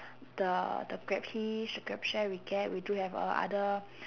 the the grab hitch the grab share we get we do have uh other